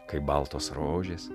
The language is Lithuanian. kaip baltos rožės